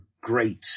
great